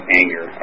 anger